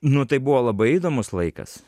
nu tai buvo labai įdomus laikas